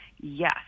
yes